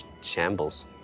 shambles